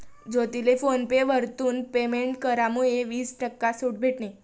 ज्योतीले PhonePe वरथून payment करामुये वीस टक्का सूट भेटनी